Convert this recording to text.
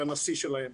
לנשיא שלהם.